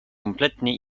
kompletnie